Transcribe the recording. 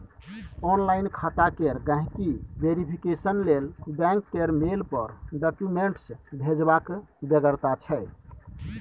online खाता केर गांहिकी वेरिफिकेशन लेल बैंक केर मेल पर डाक्यूमेंट्स भेजबाक बेगरता छै